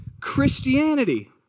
Christianity